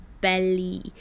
belly